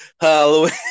Halloween